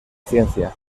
ciencia